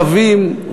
סבים,